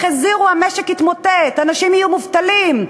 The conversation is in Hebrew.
החזירו: המשק יתמוטט, אנשים יהיו מובטלים.